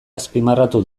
azpimarratu